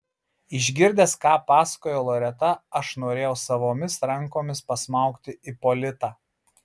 išgirdęs ką pasakojo loreta aš norėjau savomis rankomis pasmaugti ipolitą